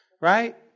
Right